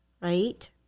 right